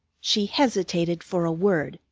she hesitated for a word,